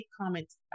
comments